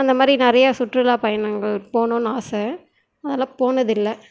அந்த மாதிரி நிறைய சுற்றுலா பயணங்கள் போகணுனு ஆசை அதலாம் போனதில்லை